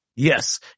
Yes